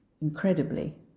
incredibly